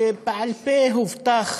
שבעל-פה הובטח